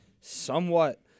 somewhat